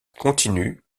continue